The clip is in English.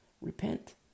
Repent